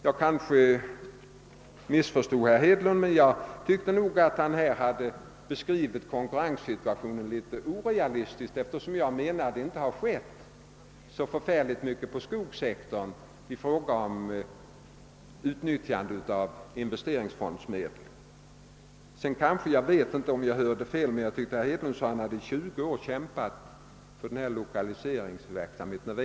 Jag kanske missförstod herr Hedlund men jag tyckte att han beskrev konkurrenssituationen något orealistiskt, ty jag anser att det inte har skett så mycket på skogssektorn i fråga om utnyttjande av investeringsfondsmedlen. Det är möjligt att jag hörde fel men jag tyckte faktiskt att herr Hedlund sade att han i 20 års tid hade kämpat för denna lokaliseringsverksamhet.